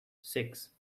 six